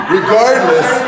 Regardless